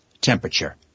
temperature